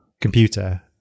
computer